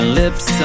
lips